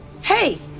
Hey